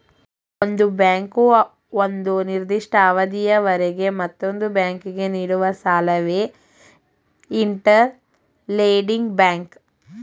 ಒಂದು ಬ್ಯಾಂಕು ಒಂದು ನಿರ್ದಿಷ್ಟ ಅವಧಿಯವರೆಗೆ ಮತ್ತೊಂದು ಬ್ಯಾಂಕಿಗೆ ನೀಡುವ ಸಾಲವೇ ಇಂಟರ್ ಲೆಂಡಿಂಗ್ ಬ್ಯಾಂಕ್